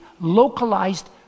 localized